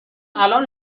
الان